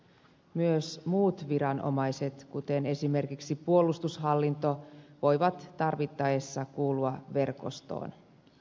myös muut viranomaiset kuten esimerkiksi puolustushallinto voivat tarvittaessa kuulua verkostoon